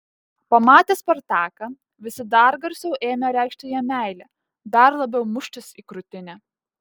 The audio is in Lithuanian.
pamatę spartaką visi dar garsiau ėmė reikšti jam meilę dar labiau muštis į krūtinę